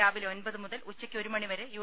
രാവിലെ ഒമ്പത് മുതൽ ഉച്ചയ്ക്ക് ഒരു മണിവരെ യു